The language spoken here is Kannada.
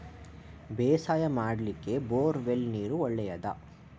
ಬೇಸಾಯ ಮಾಡ್ಲಿಕ್ಕೆ ಬೋರ್ ವೆಲ್ ನೀರು ಒಳ್ಳೆಯದಾ?